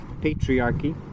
patriarchy